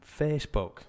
Facebook